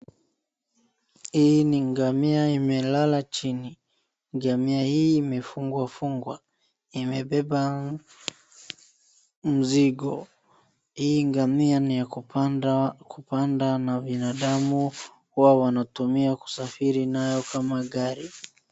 Hii ni ngamia imelala chini. Ngamia hii imefungwafungwa. Imebeba mzigo. Hii ngamia ni ya kupandwa na binadamu wawe wanasafiri nayo kama gari.